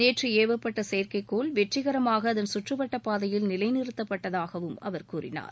நேற்று ஏவப்பட்ட செயற்கைகோள் வெற்றிகரமாக அதன் சுற்றுவட்ட பாதையில் நிலை நிறுத்தப்பட்டதாகவும் அவர் கூறினார்